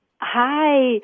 Hi